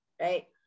right